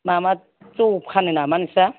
माबा जौ फानो नामा नोंस्रा